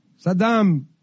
Saddam